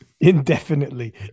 indefinitely